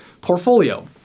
portfolio